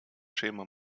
schema